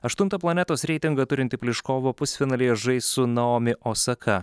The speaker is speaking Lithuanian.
aštuntą planetos reitingą turinti pliškova pusfinalyje žais su naomi osaka